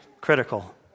critical